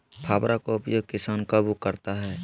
फावड़ा का उपयोग किसान कब करता है?